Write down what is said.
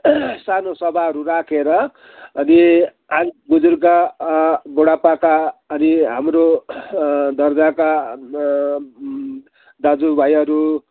सानो सभाहरू राखेर अनि अरू बुजुर्ग बुढापाका अनि हाम्रो दर्जाका दाजुभाइहरू